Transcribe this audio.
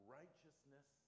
righteousness